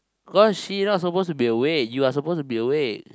cause she not suppose to be awake you are suppose to be awake